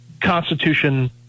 Constitution